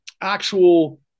actual